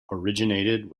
originated